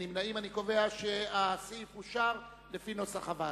אני קובע שסעיף 6 אושר לפי נוסח הוועדה.